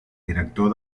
director